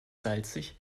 salzig